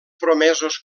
promesos